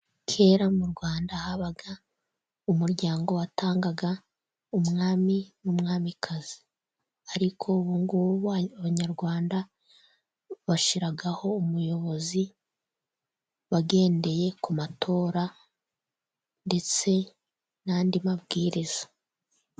Kera mu Rwanda habaga umuryango watangaga umwami n'umwamikazi . Ariko ubu ngubu Abanyarwanda bashyiraho umuyobozi wagendeye ku matora ndetse n'andi mabwiriza.